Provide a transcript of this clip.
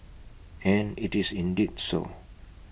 and IT is indeed so